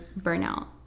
burnout